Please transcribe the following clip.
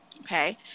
Okay